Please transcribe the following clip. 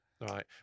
Right